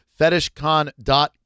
FetishCon.com